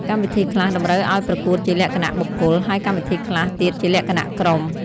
កម្មវិធីខ្លះតម្រូវឲ្យប្រកួតជាលក្ខណៈបុគ្គល ហើយកម្មវិធីខ្លះទៀតជាលក្ខណៈក្រុម។